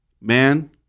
Man